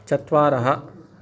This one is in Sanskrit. चत्वारः